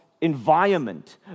environment